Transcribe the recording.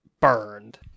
burned